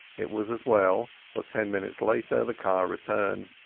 it was as well, for ten minutes later the car returned,